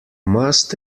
must